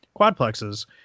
quadplexes